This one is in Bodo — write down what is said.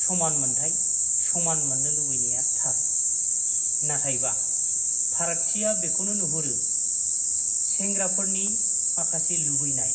समान मोन्थाइ समान मोननो लुबैनाया थार नाथायबा फारागथिया बेखौनो नुहरो सेंग्राफोरनि माखासे लुबैनाय